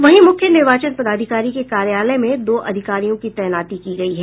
वहीं मुख्य निर्वाचन पदाधिकारी के कार्यालय में दो अधिकारियों की तैनाती की गयी है